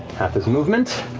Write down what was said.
half his movement.